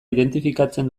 identifikatzen